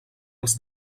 els